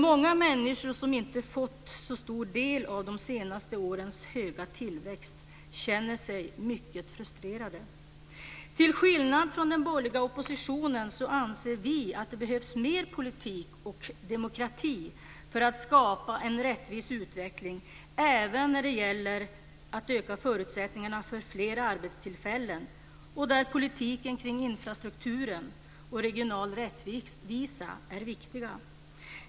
Många människor som inte har fått så stor del av de senaste årens höga tillväxt känner sig nämligen mycket frustrerade. Till skillnad från den borgerliga oppositionen anser vi att det behövs mer politik och demokrati för att skapa en rättvis utveckling även när det gäller att öka förutsättningarna för fler arbetstillfällen där politiken kring infrastrukturen och regional rättvisa är viktig.